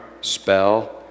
spell